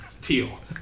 teal